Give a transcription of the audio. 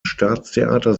staatstheater